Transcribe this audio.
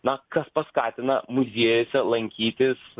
na kas paskatina muziejuose lankytis